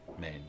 main